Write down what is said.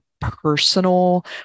personal